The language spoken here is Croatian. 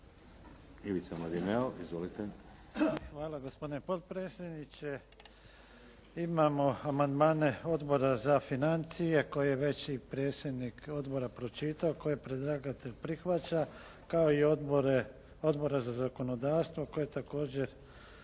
**Mladineo, Ivica** Hvala gospodine potpredsjedniče, imamo amandmane Odbora za financije koje je već i predsjednik Odbora pročitao koje predlagatelj prihvaća, kao i Odbora za zakonodavstvo koje također